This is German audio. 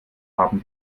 haben